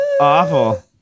awful